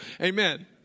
Amen